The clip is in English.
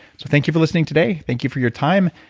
so thank you for listening today, thank you for your time.